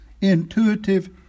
intuitive